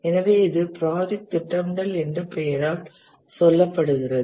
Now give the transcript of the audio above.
எனவே இது ப்ராஜெக்ட் திட்டமிடல் என்ற பெயரால் சொல்லப்படுகிறது